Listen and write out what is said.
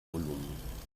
volumen